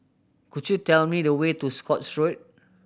could you tell me the way to Scotts Road